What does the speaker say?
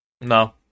No